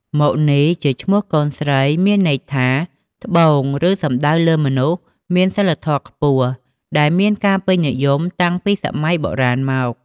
មុនីជាឈ្មោះកូនស្រី មានន័យថា ត្បូង ឬសំដៅលើ មនុស្សមានសីលធម៌ខ្ពស់ ដែលមានការពេញនិយមតាំងពីសម័យបុរាណមក។